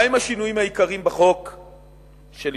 מהם השינויים העיקריים בחוק שלפניכם?